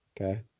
okay